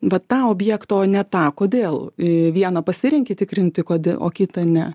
va tą objekto ne tą kodėl į vieną pasirenki tikrinti kodė o kitą ne